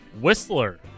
Whistler